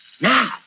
Now